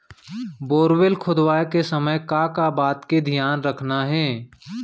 Borewell खोदवाए के समय का का बात के धियान रखना हे?